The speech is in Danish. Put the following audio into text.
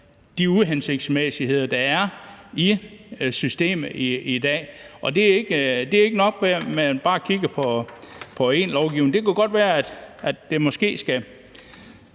de uhensigtsmæssigheder, der er i systemet i dag? Det er ikke nok, at man bare kigger på én lovgivning. Det kan godt være, at der skal